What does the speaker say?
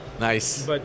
Nice